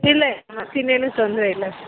ಇಲ್ಲ ಇಲ್ಲ ಮತ್ತಿನ್ನೇನೂ ತೊಂದರೆ ಇಲ್ಲ ಸರ್